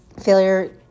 failure